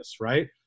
right